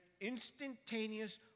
instantaneous